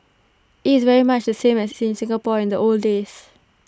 IT is very much the same as in Singapore in the old days